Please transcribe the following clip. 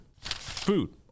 food